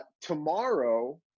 tomorrow